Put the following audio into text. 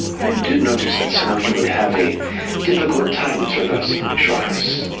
i did notice that some of you would have a difficult time traversing xhorhas.